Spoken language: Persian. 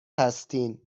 هستین